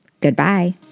Goodbye